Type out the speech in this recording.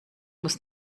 muss